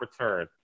return